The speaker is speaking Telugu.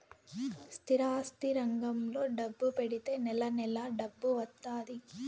స్థిరాస్తి రంగంలో డబ్బు పెడితే నెల నెలా డబ్బు వత్తాది